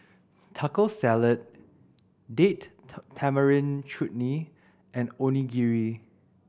Taco Salad Date Tamarind Chutney and Onigiri